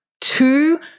two